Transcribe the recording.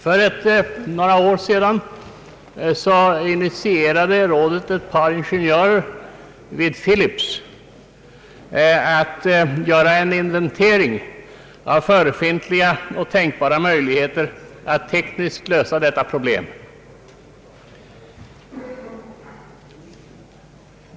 För några år sedan initierade rådet ett par ingenjörer vid Philips att göra en inventering av förefintliga och tänkbara möjligheter att tekniskt lösa detta problem.